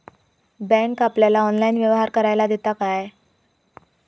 Bank आपल्याला online व्यवहार करायला देता काय?